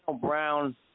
Brown